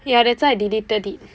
ya that's why I deleted it